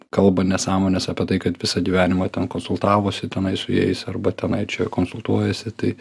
kalba nesąmones apie tai kad visą gyvenimą ten konsultavosi tenai su jais arba tenai čia konsultuojasi tai